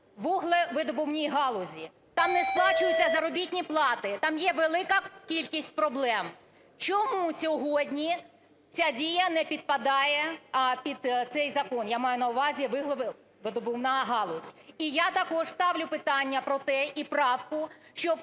вуглевидобувній галузі. Там не сплачуються заробітні плати, там є велика кількість проблем. Чому сьогодні ця дія не підпадає під цей закон, я маю на увазі вуглевидобувна галузь? І я також ставлю питання про те, і правку, щоб